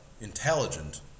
intelligent